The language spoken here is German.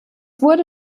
wurde